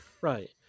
right